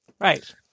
Right